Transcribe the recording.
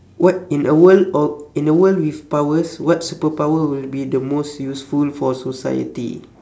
what in a world of in a world with powers what superpower will be the most useful for society